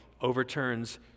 overturns